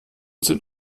sind